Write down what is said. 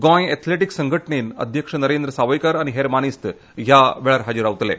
Goa athletic संघटणेचे अध्यक्ष नरेंद्र सावयकार आनी हेर मानेस्त ह्या वेळार हाजीर रावतले